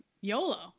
YOLO